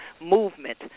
movement